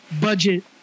budget